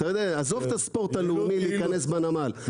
עזוב את הספורט הלאומי להיכנס בנמל,